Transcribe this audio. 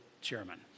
chairman